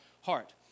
heart